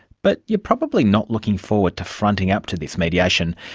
but you're probably not looking forward to fronting up to this mediation.